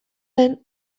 den